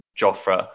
Joffre